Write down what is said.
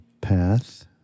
path